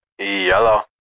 Yellow